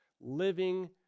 living